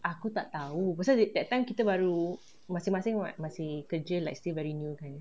aku tak tahu pasal that time kita baru masing-masing masih kerja like still very new kind